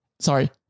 sorry